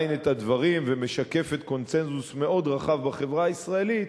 והיא משקפת קונסנזוס מאוד רחב בחברה הישראלית,